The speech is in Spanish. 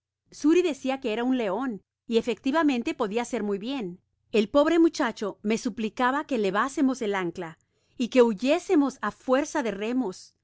narices xuri decia que era un leon y efectivamente podia ser muy bien el pobre muchacho me suplicaba que levásemos el ancla y que huyésemos á fuerza de remos